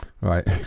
Right